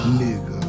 nigga